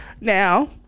Now